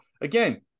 again